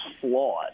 flawed